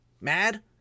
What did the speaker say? mad